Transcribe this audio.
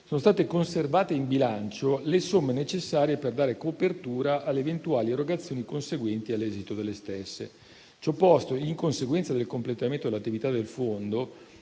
sono state conservate in bilancio le somme necessarie per dare copertura alle eventuali erogazioni conseguenti all'esito delle stesse. Ciò posto, in conseguenza del completamento dell'attività del fondo